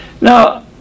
Now